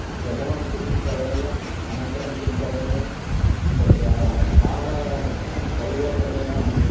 प्रथमं किं करणीय अनन्तरं किं करणीय तत्र भावपरिवर्तनेन